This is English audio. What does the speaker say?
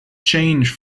change